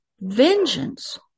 vengeance